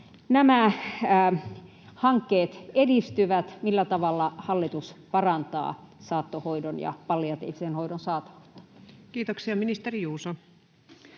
nämä hankkeet edistyvät? Millä tavalla hallitus parantaa saattohoidon ja palliatiivisen hoidon saatavuutta? Kiitoksia. — Ministeri Juuso.